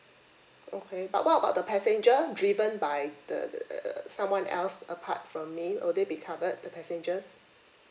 okay but what about the passenger driven by the the someone else apart from me will they be covered the passengers